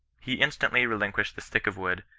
he instantly relinquished the stick of wood,